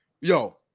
Yo